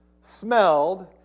smelled